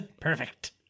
Perfect